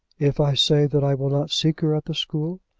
if i say that i will not seek her at the school?